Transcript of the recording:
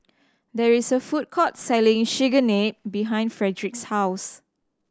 there is a food court selling Chigenabe behind Fredrick's house